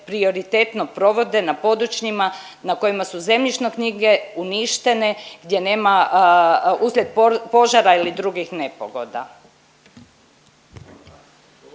prioritetno provode na područjima na kojima su zemljišne knjige uništene gdje nema uslijed požara ili drugih nepogoda.